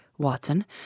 Watson